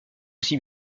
aussi